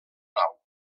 nau